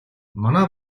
манай